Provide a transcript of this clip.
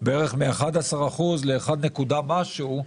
בערך מ-11% ל-1 נקודה משהו.